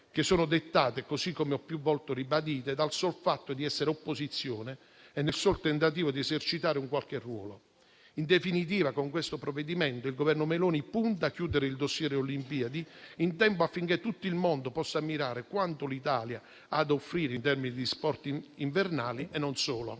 provvedimento, che, come ho più volte ribadito, sono dettate dal solo fatto di essere opposizione e nel solo tentativo di esercitare un qualche ruolo. In definitiva, con questo provvedimento il Governo Meloni punta a chiudere il *dossier* Olimpiadi in tempo, affinché tutto il mondo possa ammirare quanto l'Italia ha da offrire in termini di sport invernali e non solo.